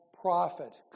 prophet